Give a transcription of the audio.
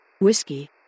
Whiskey